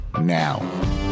now